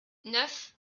neuf